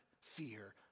Fear